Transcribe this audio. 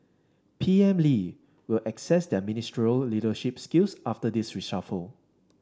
P M Lee will assess their ministerial leadership skills after this reshuffle